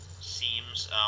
seems